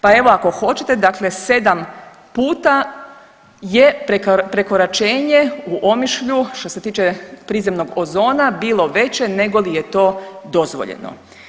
Pa evo, ako hoćete, 7 puta je prekoračenje u Omišlju što se tiče prizemnog ozona bilo veće nego li je to dozvoljeno.